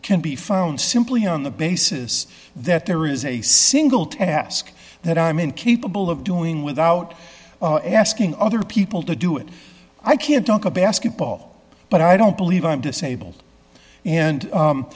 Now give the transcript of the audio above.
can be found simply on the basis that there is a single task that i'm incapable of doing without asking other people to do it i can't talk a basketball but i don't believe i'm disabled and